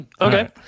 Okay